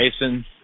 Mason